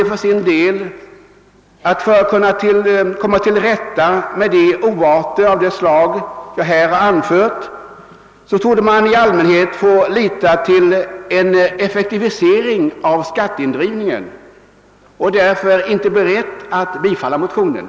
För att komma till rätta med de oarter jag här påtalat anser utskottet för sin del att man i allmänhet torde »få lita till en effektivisering av skatteindrivningen». Utskottet har därför inte varit berett att tillstyrka motionen.